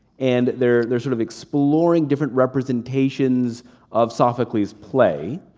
and they're they're sort of exploring different representations of sophocles' play.